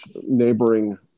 neighboring